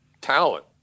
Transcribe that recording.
talent